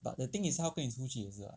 but the thing is 他要跟你出去也是 [what]